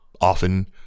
Often